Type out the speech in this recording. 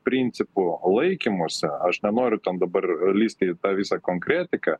principų laikymosi aš nenoriu ten dabar lysti į tą visą konkretiką